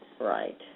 Right